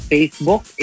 Facebook